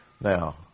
Now